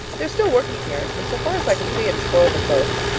they are still working here, but so far as i can see it has spoiled them both.